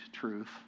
truth